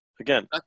Again